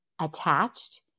attached